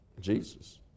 Jesus